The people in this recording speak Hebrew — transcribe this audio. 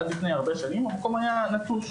עד לפני הרבה שנים המקום היה נטוש,